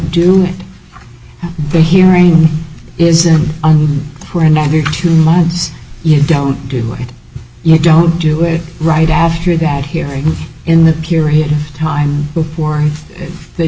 do the hearing isn't for another two months you don't do it you don't do it right after that hearing in that period of time before they